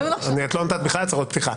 את לא נתת בכלל הצהרות פתיחה.